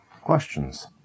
questions